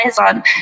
on